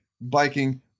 biking